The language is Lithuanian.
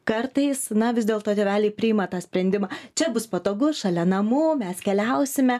kartais na vis dėlto tėveliai priima tą sprendimą čia bus patogu šalia namų mes keliausime